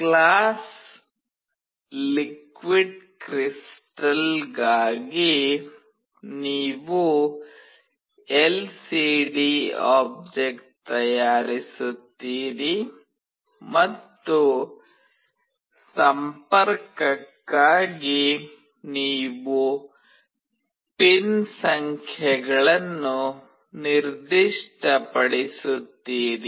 class ಲಿಕ್ವಿಡ್ಕ್ರಿಸ್ಟಲ್ಗಾಗಿ ನೀವು LCD object ತಯಾರಿಸುತ್ತೀರಿ ಮತ್ತು ಸಂಪರ್ಕಕ್ಕಾಗಿ ನೀವು ಪಿನ್ ಸಂಖ್ಯೆಗಳನ್ನು ನಿರ್ದಿಷ್ಟಪಡಿಸುತ್ತೀರಿ